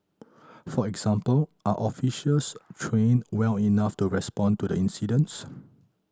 for example are officers trained well enough to respond to the incidents